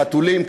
חתולים,